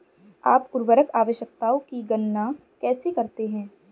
आप उर्वरक आवश्यकताओं की गणना कैसे करते हैं?